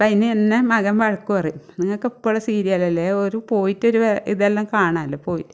അപ്പം അതിന് എന്നെ മകൻ വഴക്ക് പറയും നിങ്ങൾക്ക് എപ്പോഴും സീരിയലല്ലെ ഒരു പോയിട്ടൊരു ഇതെല്ലം കാണാമല്ലോ പോയി